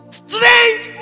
strange